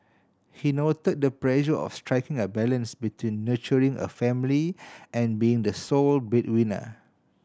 he noted the pressure of striking a balance between nurturing a family and being the sole breadwinner